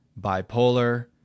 bipolar